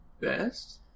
best